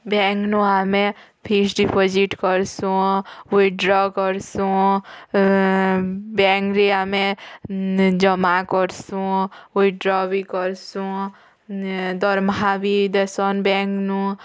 ବ୍ୟାଙ୍କନୁ ଆମେ fixed deposit କରୁସୁଁ withdraw କର୍ସୁଁ ବ୍ୟାଙ୍କରେ ଆମେ ଜମା କର୍ସୁଁ ଉଇଡ୍ର ବି କରସୁଁ ଦରମା ବି ଦେସନ୍ ବ୍ୟାଙ୍କ୍ନୁ